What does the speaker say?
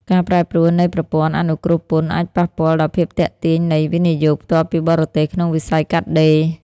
ការប្រែប្រួលនៃ "ប្រព័ន្ធអនុគ្រោះពន្ធ" អាចប៉ះពាល់ដល់ភាពទាក់ទាញនៃ វិនិយោគផ្ទាល់ពីបរទេស ក្នុងវិស័យកាត់ដេរ។